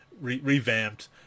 revamped